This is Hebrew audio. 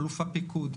אלוף הפיקוד,